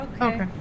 Okay